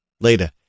Later